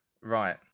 Right